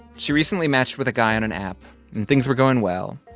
she recently matched with a guy on an app, and things were going well.